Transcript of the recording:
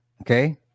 Okay